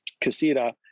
casita